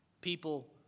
People